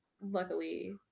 luckily